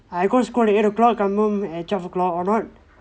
I go school at eight o'clock come home at twelve o'clock or not